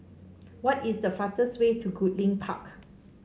what is the fastest way to Goodlink Park